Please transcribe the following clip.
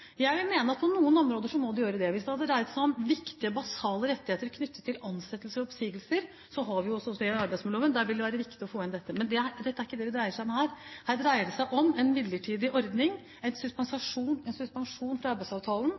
Jeg vil mene at på noen områder må det gjøre det. Hvis det hadde dreid seg om viktige, basale rettigheter knyttet til ansettelse og oppsigelse, har vi det nedfelt i arbeidsmiljøloven. Da vil det være viktig å få inn dette. Men det er ikke det dette dreier seg om. Her dreier det seg om en midlertidig ordning, en suspensjon fra arbeidsavtalen.